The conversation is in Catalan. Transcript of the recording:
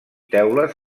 teules